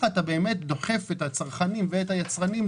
קשר בין צריכה של ממתיקים מלאכותיים לסיכון מוגבר להשמנה,